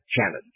challenge